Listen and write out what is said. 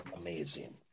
amazing